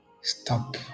Stop